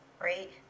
right